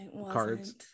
cards